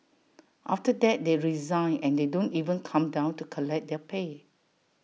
after that they resign and they don't even come down to collect their pay